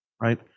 right